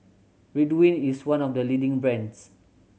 Ridwind is one of the leading brands